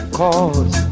cause